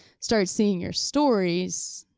start seeing your stories.